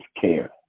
care